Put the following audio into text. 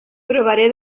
provaré